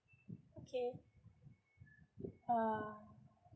okay uh